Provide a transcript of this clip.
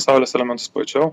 saulės elementus plačiau